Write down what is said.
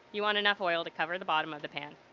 you want enough oil to cover the bottom of the pan